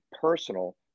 personal